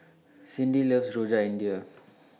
Cindi loves Rojak India